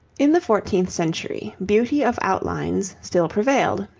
in the fourteenth century, beauty of outlines still prevailed,